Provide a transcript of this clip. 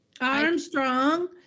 Armstrong